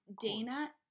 Dana